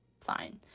Fine